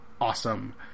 awesome